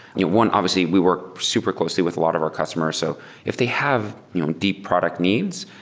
yeah one, obviously, we worked super closely with a lot of our customers. so if they have deep product needs,